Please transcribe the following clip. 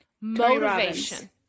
motivation